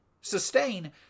sustain